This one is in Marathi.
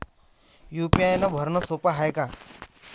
यू.पी.आय भरनं सोप हाय का?